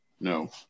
No